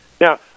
Now